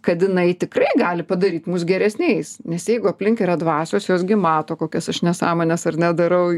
kad jinai tikrai gali padaryti mus geresniais nes jeigu aplink yra dvasios jos gi mato kokias aš nesąmones ar ne darau